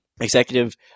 Executive